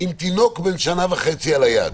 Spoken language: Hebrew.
עם תינוק בן שנה וחצי על הידיים.